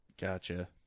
Gotcha